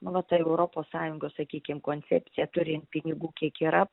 nu va ta europos sąjungos sakykim koncepcija turint pinigų kiek yra